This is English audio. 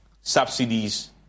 subsidies